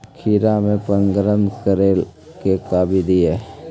खिरा मे परागण करे के का बिधि है?